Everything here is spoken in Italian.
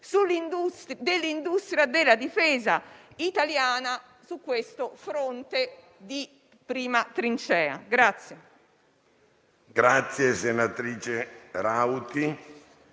dell'industria della difesa italiana su questo fronte di prima trincea.